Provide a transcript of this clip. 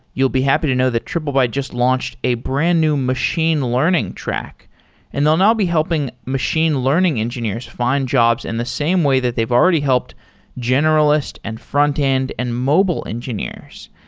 you'll be happy to know that triplebyte just launched a brand-new machine learning track and they'll now be helping machine learning engineers find jobs in the same way that they've already helped generalist, and frontend, and mobile engineers.